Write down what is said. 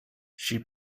she